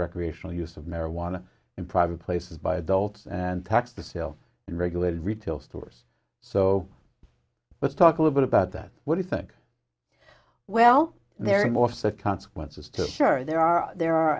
recreational use of marijuana in private places by adults and tax the sale in regulated retail stores so let's talk a little bit about that what do you think well there are more such consequences to sure there are there are